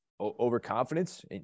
overconfidence